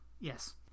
yes